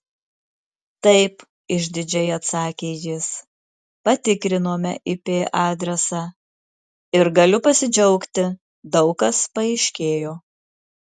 taip išdidžiai atsakė jis patikrinome ip adresą ir galiu pasidžiaugti daug kas paaiškėjo